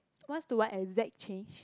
what's to what exact change